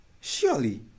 Surely